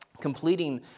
completing